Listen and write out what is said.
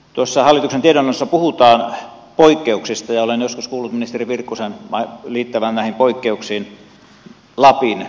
tuossa hallituksen tiedonannossa puhutaan poikkeuksista ja olen joskus kuullut ministeri virkkusen liittävän näihin poikkeuksiin lapin maakunnan nimen